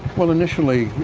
well, initially,